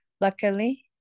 luckily